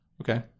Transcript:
Okay